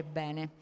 bene